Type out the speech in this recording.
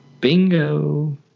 Bingo